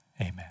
Amen